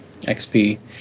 XP